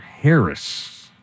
Harris